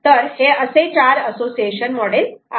तर हे असे चार असोसिएशन मॉडेल आहेत